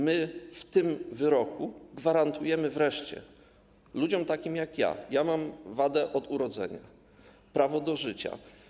My w tym wyroku gwarantujemy wreszcie ludziom takim jak ja - mam wadę od urodzenia - prawo do życia.